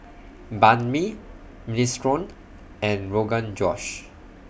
Banh MI Minestrone and Rogan Josh